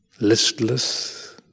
listless